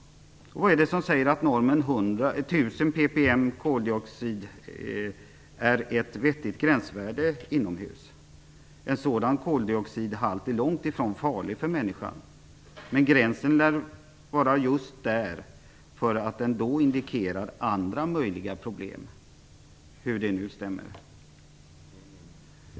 Vad är det som säger att normen 1 000 ppm koldioxid är ett vettigt gränsvärde inomhus? En sådan koldioxidhalt är långt ifrån farlig för människan. Men gränsen lär ligga just där, därför att den då indikerar andra möjliga problem - hur nu detta kan stämma.